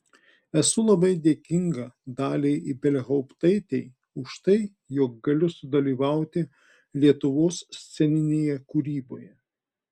esu labai dėkinga daliai ibelhauptaitei už tai jog galiu sudalyvauti lietuvos sceninėje kūryboje